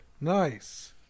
Nice